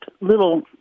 little